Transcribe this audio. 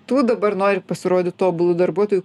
tu dabar nori pasirodyt tobulu darbuotoju